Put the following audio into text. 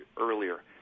earlier